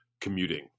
commuting